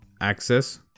access